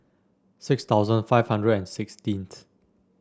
six thousand five hundred and sixteenth